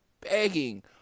begging